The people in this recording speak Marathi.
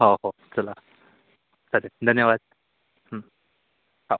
हो हो चला चालेल धन्यवाद हो